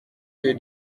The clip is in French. que